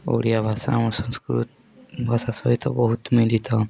ଓଡ଼ିଆ ଭାଷା ଆମର ସଂସ୍କୃତ ଭାଷା ସହିତ ବହୁତ ମିଳିତ